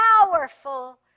powerful